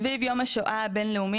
סביב יום השואה הבינלאומי,